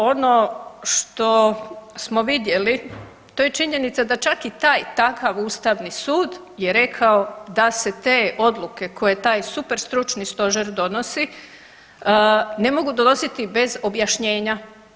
Ono što smo vidjeli to je činjenica da čak i taj, takav Ustavni sud je rekao da se te odluke koje taj superstručni stožer donosi ne mogu donositi bez objašnjenja.